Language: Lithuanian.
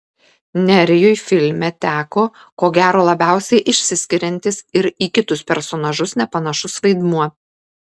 nerijui filme teko ko gero labiausiai išsiskiriantis ir į kitus personažus nepanašus vaidmuo